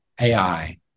AI